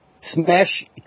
Smash